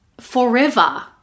forever